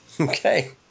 Okay